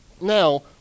Now